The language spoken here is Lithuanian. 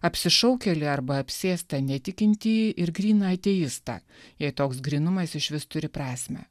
apsišaukėlį arba apsėstą netikintį ir gryną ateistą jei toks grynumas išvis turi prasmę